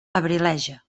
abrileja